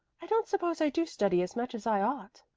i don't suppose i do study as much as i ought.